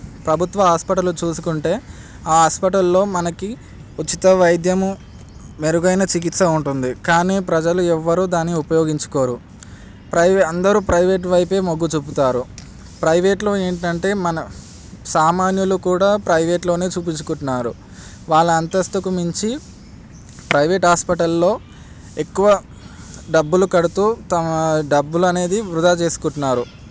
ప్రభుత్వ హాస్పిటల్లు చూసుకుంటే ఆ హాస్పిటల్లో మనకి ఉచిత వైద్యము మెరుగైన చికిత్స ఉంటుంది కానీ ప్రజలు ఎవ్వరూ దాని ఉపయోగించుకోరు ప్రైవేట్ అందరూ ప్రైవేట్ వైపే మగ్గుచూపుతారు ప్రైవేట్లో ఏంటంటే మన సామాన్యులు కూడా ప్రైవేట్లోనే చూపిచ్చుకుంటున్నారు వాళ్ళ అంతస్తుకు మించి ప్రైవేట్ హాస్పిటల్లో ఎక్కువ డబ్బులు కడుతూ తమ డబ్బులు అనేది వృధా చేసుకుంటున్నారు